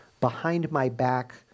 behind-my-back